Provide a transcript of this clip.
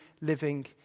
living